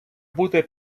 бути